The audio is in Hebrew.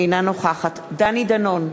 אינה נוכחת דני דנון,